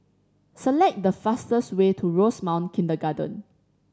select the fastest way to Rosemount Kindergarten